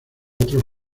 otros